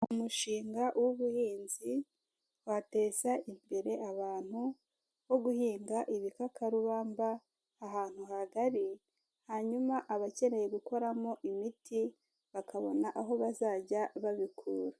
Umushinga w'ubuhinzi, watesha imbere abantu wo guhinga ibikakarubamba ahantu hagari, hanyuma abakeneye gukoramo imiti bakabona aho bazajya babikura.